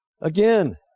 Again